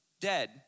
dead